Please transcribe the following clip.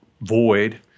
void